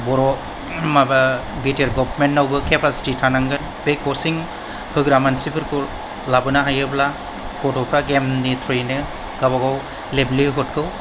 बर' माबा B T R गभर्नमेन्टआवबो capacity थानांगोन बे कचिं होग्रा मानसिफोरखौ लाबोनो हायोब्ला गथ'फ्रा गेमनि थ्रयैनो गावबा गाव लेभलिहुडखौ